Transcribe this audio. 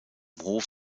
hof